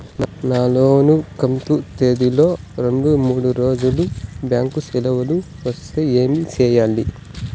నా లోను కంతు తేదీల లో రెండు మూడు రోజులు బ్యాంకు సెలవులు వస్తే ఏమి సెయ్యాలి?